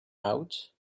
out